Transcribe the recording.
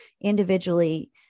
individually